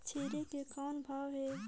छेरी के कौन भाव हे?